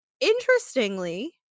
interestingly